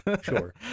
Sure